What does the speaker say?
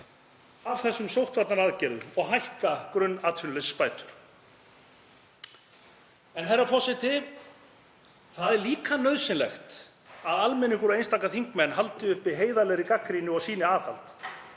á þessum sóttvarnaaðgerðum og hækka grunnatvinnuleysisbætur. Herra forseti. Það er líka nauðsynlegt að almenningur og einstaka þingmenn haldi uppi heiðarlegri gagnrýni og sýni aðhald